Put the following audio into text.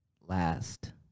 Last